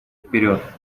вперед